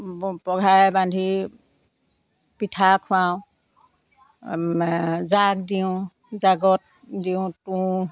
পঘাৰে বান্ধি পিঠা খুৱাওঁ যাগ দিওঁ যাগত দিওঁ তুঁহ